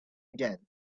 again